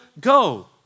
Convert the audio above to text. go